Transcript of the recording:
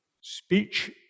speech